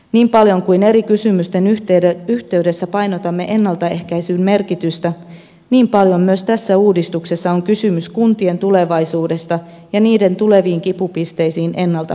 niin paljon kuin eri kysymysten yhteydessä painotamme ennaltaehkäisyn merkitystä niin paljon myös tässä uudistuksessa on kysymys kuntien tulevaisuudesta ja niiden tuleviin kipupisteisiin ennalta puuttumisesta